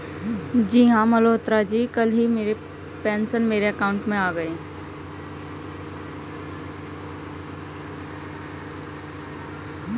जी हां मल्होत्रा जी कल ही मेरे पेंशन मेरे अकाउंट में आ गए